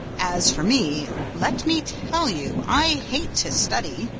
as for me, let me tell you, i hate to study!